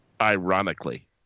Ironically